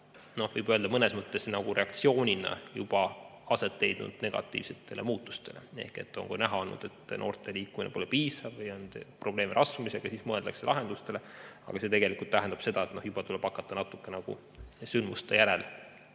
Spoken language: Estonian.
võib-olla mõnes mõttes nagu reaktsioonina juba aset leidnud negatiivsetele muutustele. Ehk on näha olnud, et noorte liikumine pole piisav või on probleeme rasvumisega, ja siis mõeldakse lahendustele. Aga see tegelikult tähendab seda, et juba tuleb hakata natukene sündmuste järel